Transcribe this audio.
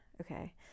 okay